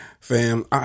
Fam